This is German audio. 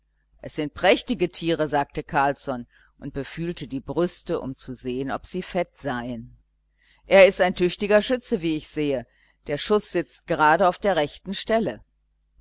es sind prächtige tiere sagte carlsson und befühlte die brüste um zu sehen ob sie fett seien er ist ein tüchtiger schütze wie ich sehe der schuß sitzt gerade auf der rechten stelle